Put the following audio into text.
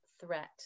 threat